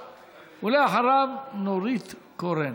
ואחריו, נורית קורן.